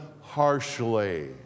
harshly